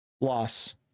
loss